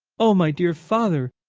oh, my dear father,